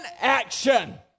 action